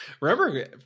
Remember